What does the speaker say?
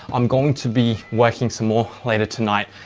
i'm going to be working some more later tonight.